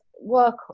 work